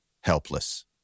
helpless